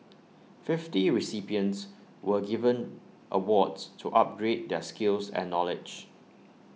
fifty recipients were given awards to upgrade their skills and knowledge